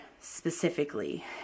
specifically